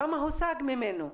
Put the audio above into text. כמה הושג ממנו?